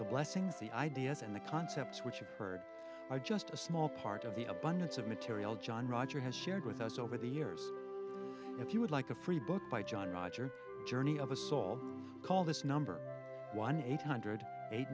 blessings the ideas and the concepts which occurred by just a small part of the abundance of material john roger has shared with us over the years if you would like a free book by john roger journey of assault call this number one eight hundred eight